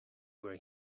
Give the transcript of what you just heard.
were